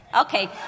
Okay